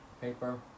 paper